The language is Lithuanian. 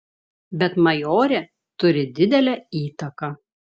bet majorė turi didelę įtaką